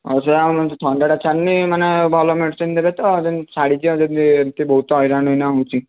ହଉ ସେ ଆଉ ଥଣ୍ଡାଟା ଛାଡ଼ିନି ମାନେ ଭଲ ମେଡ଼ିସିନ ଦେବେ ତ ଯେମିତି ଛାଡ଼ି ଯିବ ଯେମିତି ଏମତି ବହୁତ ହଇରାଣ ଏଇନା ହେଉଛି